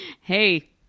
hey